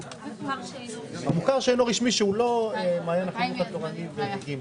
זה לא סוד שאני נגד הממשלה.